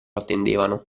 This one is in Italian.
attendevano